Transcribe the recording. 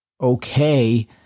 okay